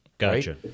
Gotcha